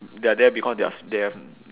they are there because they are s~ they have